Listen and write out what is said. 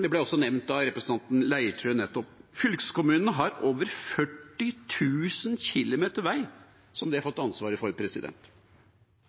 Det ble også nevnt av representanten Leirtrø nettopp. Fylkeskommunene har over 40 000 km vei som de har fått ansvaret for.